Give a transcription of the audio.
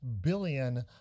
billion